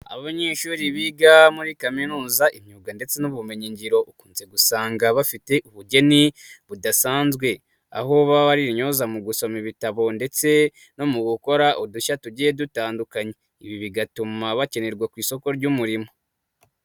Abanyeshuri biga muri kaminuza, imyuga ndetse n'ubumenyi ngiro, ukunze gusanga bafite ubugeni budasanzwe aho baba ari intyoza mu gusoma ibitabo ndetse no mu gukora udushya tugiye dutandukanye. Ibi bigatuma bakenerwa ku isoko ry'umurimo.